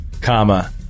Comma